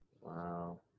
Wow